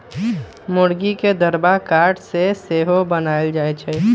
मूर्गी के दरबा काठ से सेहो बनाएल जाए छै